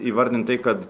įvardint tai kad